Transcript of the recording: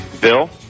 Bill